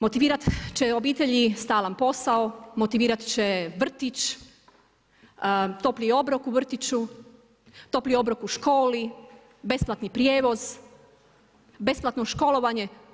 Motivirat će obitelji stalan posao, motivirat će vrtić, topli obrok u vrtiću, topli obrok u školi, besplatni prijevoz, besplatno školovanje.